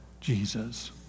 Jesus